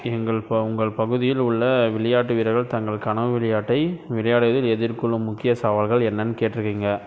எங்கள் உங்கள் பகுதியில் உள்ள விளையாட்டு வீரர்கள் தங்கள் கனவு விளையாட்டை விளையாடுவதில் எதிர் கொள்ளும் முக்கிய சவால்கள் என்னன்னு கேட்டிருக்கிங்க